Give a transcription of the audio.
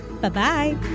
Bye-bye